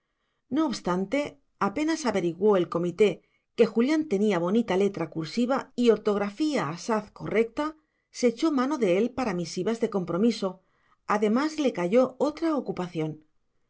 no obstante apenas averiguó el comité que julián tenía bonita letra cursiva y ortografía asaz correcta se echó mano de él para misivas de compromiso además le cayó otra ocupación